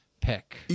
pick